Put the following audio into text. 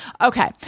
Okay